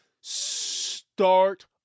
Start